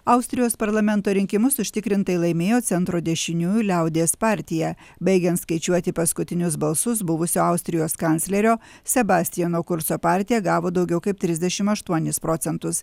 austrijos parlamento rinkimus užtikrintai laimėjo centro dešiniųjų liaudies partija baigiant skaičiuoti paskutinius balsus buvusio austrijos kanclerio sebastiano kurco partija gavo daugiau kaip trisdešim aštuonis procentus